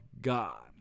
God